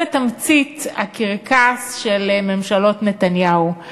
בתמצית, הקרקס של ממשלות נתניהו.